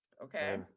Okay